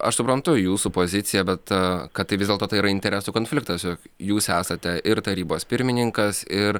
aš suprantu jūsų poziciją bet a kad tai vis dėlto tai yra interesų konfliktas juk jūs esate ir tarybos pirmininkas ir